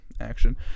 action